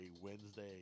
wednesday